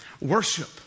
worship